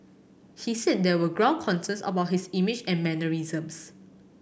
he said there were ground concerns about his image and mannerisms